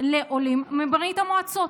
לעולים מברית המועצות.